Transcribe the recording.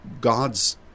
God's